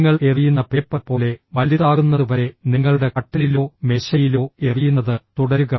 നിങ്ങൾ എറിയുന്ന പേപ്പർ പോലെ വലുതാകുന്നതുവരെ നിങ്ങളുടെ കട്ടിലിലോ മേശയിലോ എറിയുന്നത് തുടരുക